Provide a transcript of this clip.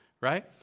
right